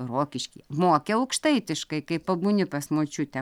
rokiškyje moki aukštaitiškai kai pabūni pas močiutę